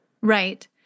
Right